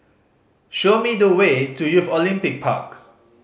show me the way to Youth Olympic Park